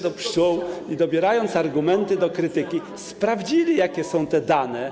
do pszczół, dobierając argumenty do krytyki, sprawdzić, jakie są dane.